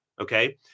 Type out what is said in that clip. okay